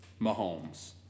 Mahomes